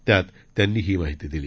त्यात त्यांनी ही माहीती दिली